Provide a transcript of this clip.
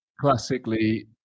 classically